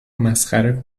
مسخره